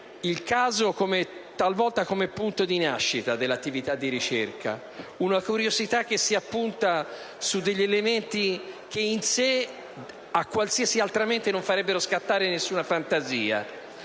il caso, talvolta come punto di nascita dell'attività di ricerca, una curiosità che si appunta su elementi che in sé a qualsiasi altra mente non farebbero scattare nessuna fantasia